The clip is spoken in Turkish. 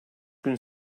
gün